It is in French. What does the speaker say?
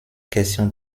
question